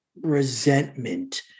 resentment